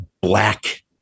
black